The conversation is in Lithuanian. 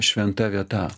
šventa vieta